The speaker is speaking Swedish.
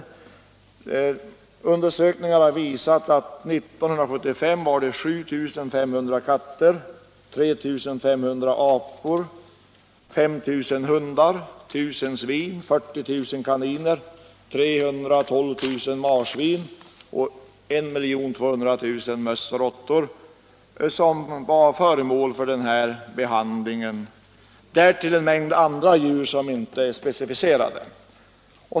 Undersökningar har visat att djurförsöken 1975 omfattade 7 500 katter, 3 500 apor, 5000 hundar, 1000 svin, 40 000 kaniner, 312 000 marsvin och 1200 000 möss och råttor. Därtill kommer en mängd andra icke specificerade djur.